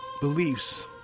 beliefs